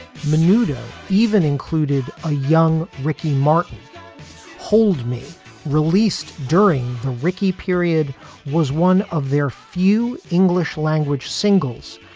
menudo even included a young ricky martin hold me released during the ricky period was one of their few english language singles,